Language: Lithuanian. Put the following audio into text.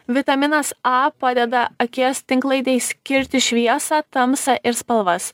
vitaminas a padeda akies tinklainei skirti šviesą tamsą ir spalvas